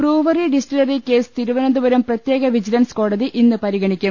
brewery distillery case Thiruvananthapuram പ്രത്യേക vigilance കോടതി ഇന്ന് പരിഗണിക്കും